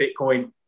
Bitcoin